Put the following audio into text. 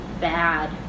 bad